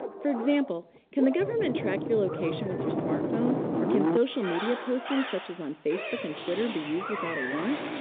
for example, can the government track your location with your smartphone, or can social media postings such as on facebook and twitter be used without a warrant?